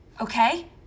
Okay